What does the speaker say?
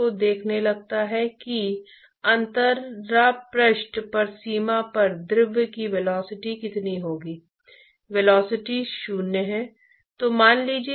तो यह औसत हीट ट्रांसपोर्ट गुणांक है